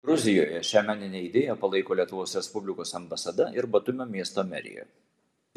gruzijoje šią meninę idėją palaiko lietuvos respublikos ambasada ir batumio miesto merija